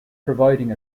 providing